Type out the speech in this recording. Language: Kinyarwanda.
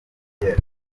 iryera